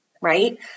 Right